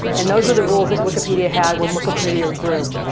and those were the rules that wikipedia had when wikipedia grew.